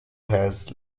has